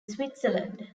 switzerland